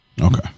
Okay